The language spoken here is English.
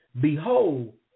behold